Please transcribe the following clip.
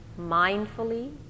mindfully